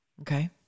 Okay